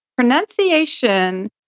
Pronunciation